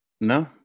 No